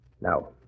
Now